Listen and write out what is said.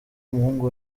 umuhungu